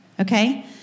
okay